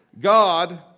God